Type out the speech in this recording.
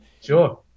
Sure